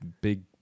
big